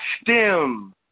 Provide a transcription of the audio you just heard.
stem